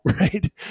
right